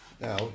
Now